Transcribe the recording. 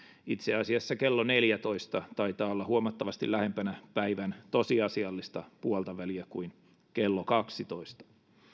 itse asiassa kello neljätoista taitaa olla huomattavasti lähempänä päivän tosiasiallista puoltaväliä kuin kello kaksitoista